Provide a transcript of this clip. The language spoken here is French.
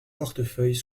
portefeuille